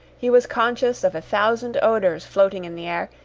he was conscious of a thousand odours floating in the air,